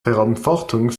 verantwortung